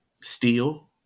Steel